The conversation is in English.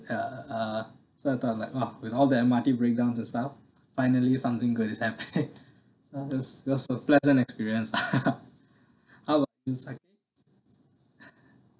uh uh sometime like !wah! with all M_R_T breakdown and stuff finally something good is happening it was it was a pleasant experience how about you zaki